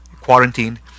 quarantined